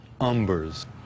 umbers